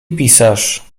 pisarz